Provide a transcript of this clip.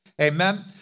Amen